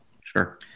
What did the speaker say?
Sure